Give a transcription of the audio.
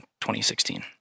2016